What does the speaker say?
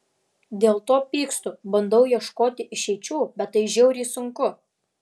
dėl to pykstu bandau ieškoti išeičių bet tai žiauriai sunku